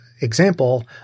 example